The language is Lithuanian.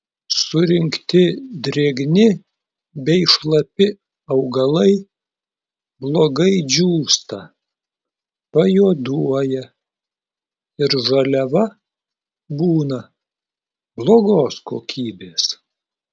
surinkti drėgni bei šlapi augalai blogai džiūsta pajuoduoja ir žaliava būna blogos kokybės